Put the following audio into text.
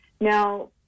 Now